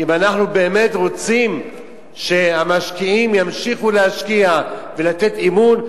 אם אנחנו באמת רוצים שהמשקיעים ימשיכו להשקיע ולתת אמון,